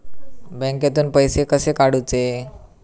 बँकेतून पैसे कसे काढूचे?